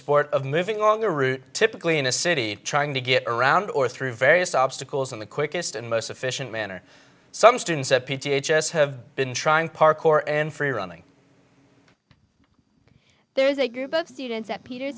sport of living on the river typically in a city trying to get around or through various obstacles in the quickest and most efficient manner some students at p j h s have been trying park or and free running there is a group of students at peter